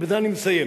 בזה אני מסיים.